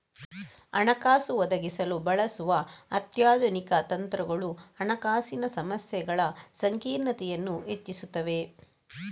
ಹಣಕಾಸು ಒದಗಿಸಲು ಬಳಸುವ ಅತ್ಯಾಧುನಿಕ ತಂತ್ರಗಳು ಹಣಕಾಸಿನ ಸಮಸ್ಯೆಗಳ ಸಂಕೀರ್ಣತೆಯನ್ನು ಹೆಚ್ಚಿಸುತ್ತವೆ